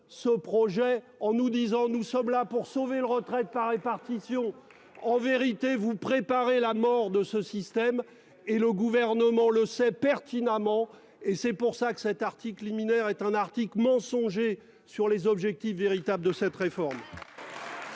ce projet en nous disant nous sommes là pour sauver la retraite par répartition. En vérité vous préparer la mort de ce système et le gouvernement le sait pertinemment, et c'est pour ça que cet article liminaire est un article mensonger sur les objectifs véritables de cette réforme.